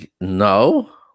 No